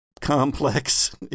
complex